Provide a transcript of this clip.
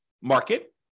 market